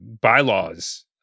bylaws